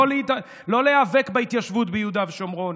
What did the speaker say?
הוא לא להיאבק בהתיישבות ביהודה ושומרון,